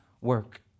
work